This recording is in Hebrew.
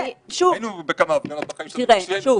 היינו בכמה הפגנות בחיים שלנו.